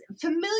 familiar